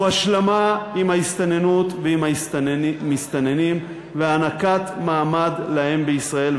הוא השלמה עם ההסתננות ועם המסתננים והענקת מעמד להם בישראל,